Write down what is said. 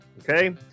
Okay